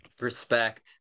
Respect